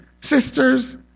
sisters